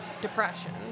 depression